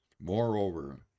Moreover